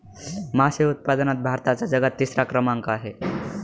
मासे उत्पादनात भारताचा जगात तिसरा क्रमांक आहे